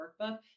workbook